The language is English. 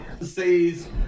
sees